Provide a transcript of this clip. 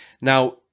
Now